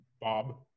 Bob